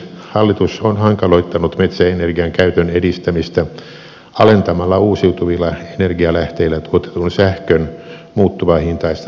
hallitus on hankaloittanut metsäenergian käytön edistämistä alentamalla uusiutuvilla energialähteillä tuotetun sähkön muuttuvahintaista tuotantotukea